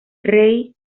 ray